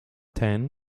ten